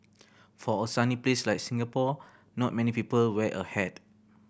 for a sunny place like Singapore not many people wear a hat